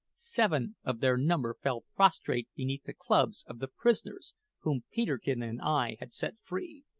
seven of their number fell prostrate beneath the clubs of the prisoners whom peterkin and i had set free,